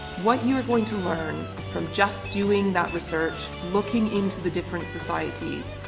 what you are going to learn from just doing that research, looking into the different societies,